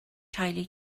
teulu